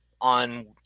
on